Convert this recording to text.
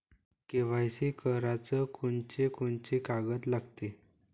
KYC कराच कोनचे कोनचे कागद लागते?